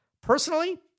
Personally